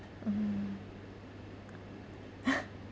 mm